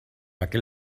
aquel